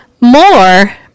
more